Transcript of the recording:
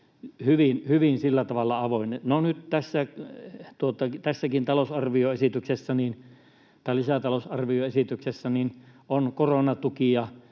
hyvin sillä tavalla avoinna. No, nyt tässäkin lisätalousarvioesityksessä on koronatukia